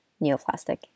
neoplastic